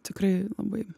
tikrai labai